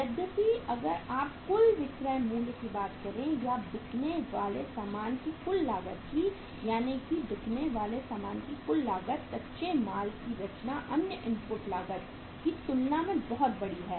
यद्यपि अगर आप कुल विक्रय मूल्य की बात करें या बिकने वाले सामान की कुल लागत की यानी कि बिकने वाले सामान की कुल लागत कच्चे माल की रचना अन्य इनपुट लागत की तुलना में बहुत बड़ी है